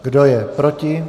Kdo je proti?